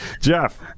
Jeff